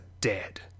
dead